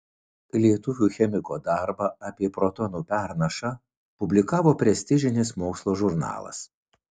lietuvio chemiko darbą apie protonų pernašą publikavo prestižinis mokslo žurnalas